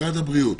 ממשרד הבריאות,